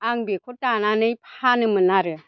आं बेखौ दानानै फानोमोन आरो